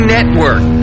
Network